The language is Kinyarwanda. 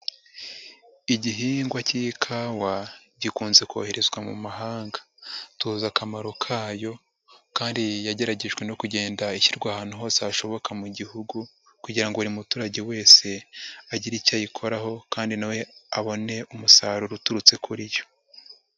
Igihingwa k'ikawa gikunze koherezwa mu mahanga. Tuzi akamaro kayo kandi yageragejwe no kugenda ishyirwa ahantu hose hashoboka mu gihugu kugira ngo buri muturage wese, agire icyo ayikoraho kandi na we abone umusaruro uturutse kuri yo.